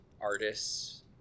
artists